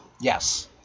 Yes